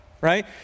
right